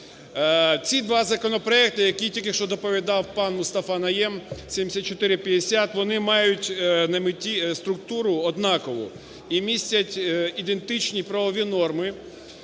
Ці два законопроекти, які тільки що доповідав пан Мустафа Найєм, 7450, вони мають на меті структуру однакову і містять ідентичні правові норми